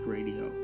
Radio